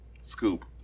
Scoop